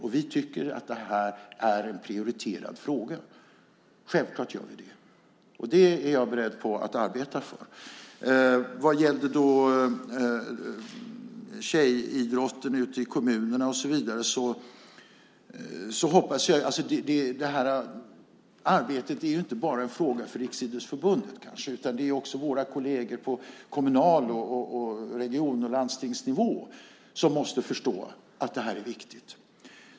Och vi tycker att det här är en prioriterad fråga - självklart gör vi det. Och det är jag beredd att arbeta för. Sedan gällde det tjejidrotten ute i kommunerna och så vidare. Det arbetet är kanske inte bara en fråga för Riksidrottsförbundet, utan också våra kolleger på kommunal nivå och på region och landstingsnivå måste förstå att det här är viktigt.